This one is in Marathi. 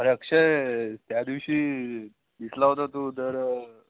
अरे अक्षय त्या दिवशी दिसला होता तू तर